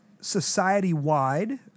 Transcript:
society-wide